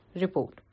report